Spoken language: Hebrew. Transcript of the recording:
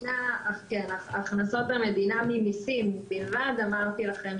הכנסות המדינה ממסים בלבד אמרתי לכם,